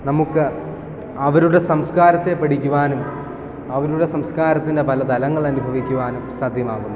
നമുക്ക് അവരുടെ സംസ്കാരത്തെ പഠിക്കുവാനും അവരുടെ സംസ്കാരത്തിന് പല തലങ്ങൾ അനുഭവിക്കുവാനും സാധ്യമാകുന്നു